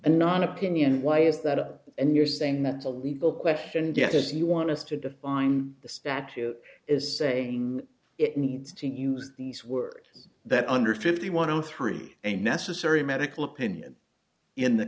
and not opinion why is that and you're saying that's a legal question because you want us to define the statute is saying it needs to use these words that under fifty one through a necessary medical opinion in the